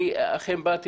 אכן באתי,